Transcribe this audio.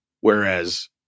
whereas